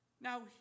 Now